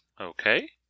Okay